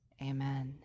Amen